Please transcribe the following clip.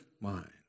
mind